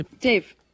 Dave